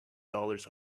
dollars